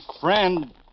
friend